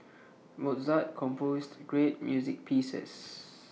Mozart composed great music pieces